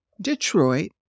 Detroit